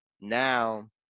now